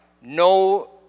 no